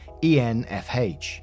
ENFH